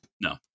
No